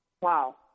Wow